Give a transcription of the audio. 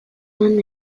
hegan